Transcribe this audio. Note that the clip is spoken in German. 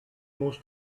musst